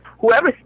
whoever